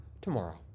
tomorrow